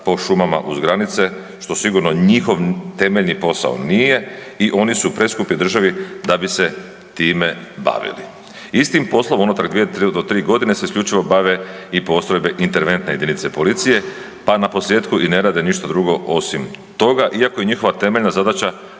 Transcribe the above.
po šumama uz granice, što sigurno njihov temeljni posao nije i oni su preskupi državi da bi se time bavili. Istim poslom unutar 2 do 3.g. se isključivo bave i postrojbe interventne jedinice policije, pa naposljetku i ne rade ništa drugo osim toga iako je njihova temeljna zadaća